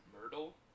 Myrtle